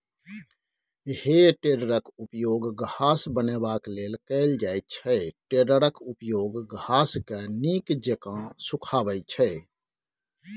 हे टेडरक उपयोग घास बनेबाक लेल कएल जाइत छै टेडरक उपयोग घासकेँ नीक जेका सुखायब छै